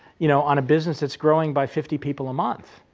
you know, on a business that's growing by fifty people a month.